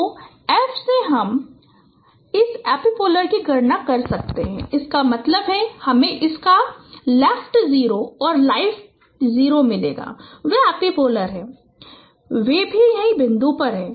तो F से हम इस एपिपोल की गणना कर सकते हैं इसका मतलब है हमें इसका लेफ्ट 0 और राइट 0 मिलता है वे एपिपोल हैं और वे भी यही बिंदु हैं